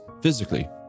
physically